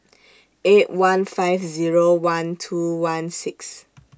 eight one five Zero one two one six